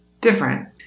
Different